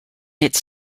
its